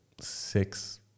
six